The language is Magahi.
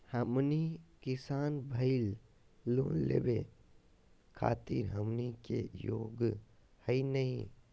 हमनी किसान भईल, लोन लेवे खातीर हमनी के योग्य हई नहीं?